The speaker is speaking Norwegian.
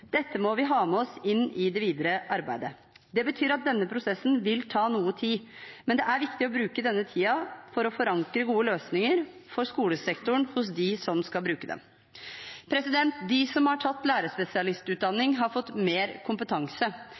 Dette må vi ha med oss inn i det videre arbeidet. Det betyr at denne prosessen vil ta noe tid, men det er viktig å bruke denne tiden for å forankre gode løsninger for skolesektoren hos dem som skal bruke dem. De som har tatt lærerspesialistutdanning, har fått mer kompetanse.